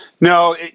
No